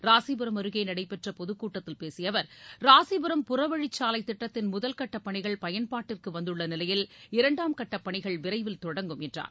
ராசிபுரம் அருகே நடைபெற்ற பொதுக்கூட்டத்தில் பேசிய அவர் ராசிபுரம் புறவழிச்சாலை திட்டத்தின் முதல்கட்ட பணிகள் பயன்பாட்டிற்கு வந்துள்ள நிலையில் இரண்டாம் கட்ட பணிகள் விரைவில் தொடங்கும் என்றார்